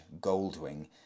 Goldwing